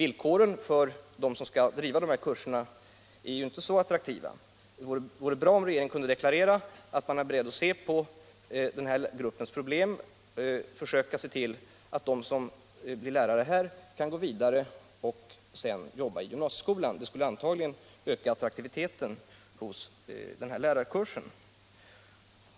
Villkoren för dem som skall bedriva dessa kurser är ju inte så attraktiva. Det vore bra om regeringen kunde deklarera att den är beredd att försöka se till att de som blir lärare i arbetsmarknadsutbildningen sedan kan gå vidare och kvalificera sig för arbete i gymnasieskolan. Det skulle öka attraktiviteten hos den aktuella lärarkursen.